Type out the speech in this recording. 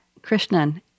Krishnan